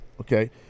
Okay